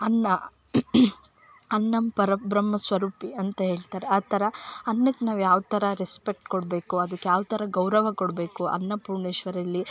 ಅನ್ನ ಅನ್ನಂ ಪರ ಬ್ರಹ್ಮ ಸ್ವರೂಪಿ ಅಂತ ಹೇಳ್ತಾರೆ ಆ ಥರ ಅನ್ನೋಕ್ ನಾವು ಯಾವ ಥರ ರೆಸ್ಪೆಕ್ಟ್ ಕೊಡಬೇಕು ಅದಕ್ಕೆ ಯಾವ ಥರ ಗೌರವ ಕೊಡಬೇಕು ಅನ್ನಪೂರ್ಣೇಶ್ವರಿಯಲ್ಲಿ